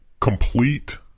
complete